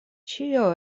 ĉio